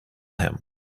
him